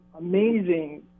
Amazing